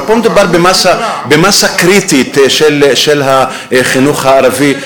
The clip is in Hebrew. אבל פה מדובר במאסה קריטית של החינוך הערבי.